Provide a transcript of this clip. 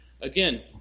Again